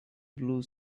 blue